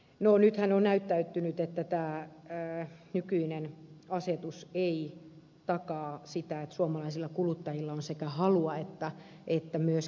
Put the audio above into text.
no nythän on näyttäytynyt että tämä nykyinen asetus ei takaa sitä että suomalaisilla kuluttajilla on sekä halua että myöskin voimavaroja näin tehdä